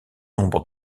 nombre